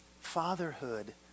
fatherhood